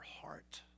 heart